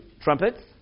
trumpets